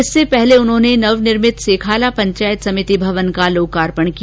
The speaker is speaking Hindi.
इससे पहले उन्होंने नवनिर्मित सेखाला पंचायत समिति का लोकार्पण किया